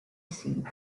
seat